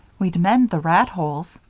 we'd mend the rat holes,